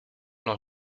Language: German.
noch